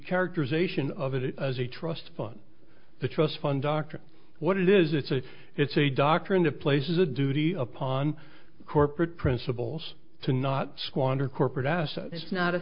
characterization of it as a trust fund the trust fund dr what it is it's a it's a doctor and a place is a duty upon corporate principles to not squander corporate assets not a